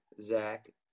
Zach